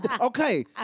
Okay